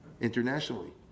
internationally